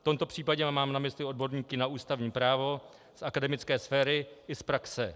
V tomto případě mám na mysli odborníky na ústavní právo z akademické sféry i z praxe.